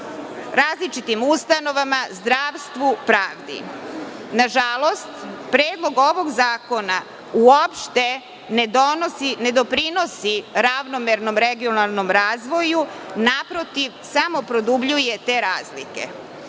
različitim ustanovama, zdravstvu, pravdi. Nažalost, predlog ovog zakona uopšte ne doprinosi ravnomernom regionalnom razvoju, naprotiv, samo produbljuje te razlike. Zato